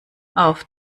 auf